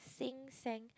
sink sank